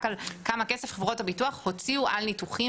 רק על כמה כסף חברות הביטוח הוציאו על ניתוחים.